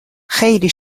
خیلی